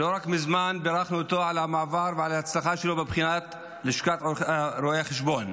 שלא מזמן בירכנו אותו על המעבר ועל ההצלחה שלו בבחינת לשכת רואי החשבון.